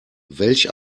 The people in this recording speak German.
welch